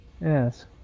Yes